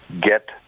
get